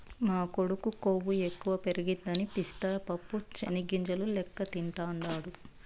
మా కొడుకు కొవ్వు ఎక్కువ పెరగదని పిస్తా పప్పు చెనిగ్గింజల లెక్క తింటాండాడు